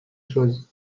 chose